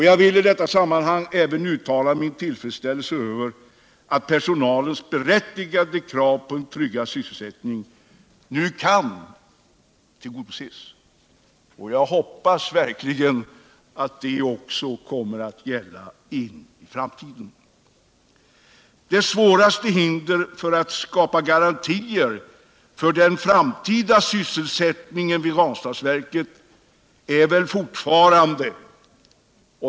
Jag vill i detta sammanhang även uttala min tillfredsställelse över att personalens berättigade krav på en tryggad sysselsättning nu kan tillgodoses. Sag hoppas verkligen att det också kommer att gälla i framtiden. Det svåraste hindret när det gäller att skapa garantier för den samtida sysselsättningen vid Ranstadsverket är väl fortfarande.